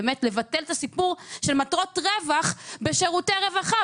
לבטל את הסיפור של מטרות רווח בשירותי רווחה,